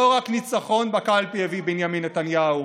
לא רק ניצחון בקלפי הביא בנימין נתניהו,